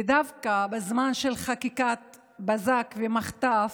דווקא בזמן של חקיקת בזק ומחטף,